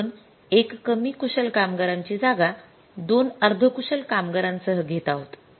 आणि आपण १ कमी कुशल कामगारांची जागा २ अर्ध कुशल कामगारांसह घेत आहोत